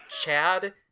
Chad